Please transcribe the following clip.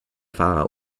fahrer